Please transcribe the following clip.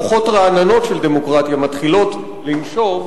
רוחות רעננות של דמוקרטיה מתחילות לנשוב,